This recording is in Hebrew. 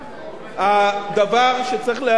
הדבר שצריך להגיד פה ביושר,